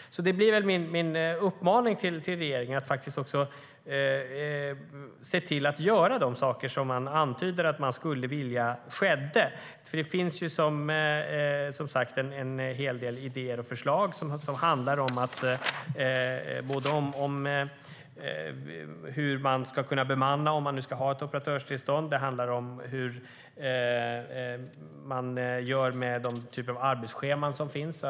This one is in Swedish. Min uppmaning till regeringen blir att se till att göra de saker som man antyder att man skulle vilja skedde. Det finns som sagt en hel del idéer och förslag. Det handlar om hur man ska kunna bemanna om man nu ska ha ett operatörstillstånd. Det handlar om hur man gör med de typer av arbetsscheman som finns.